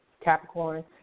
Capricorn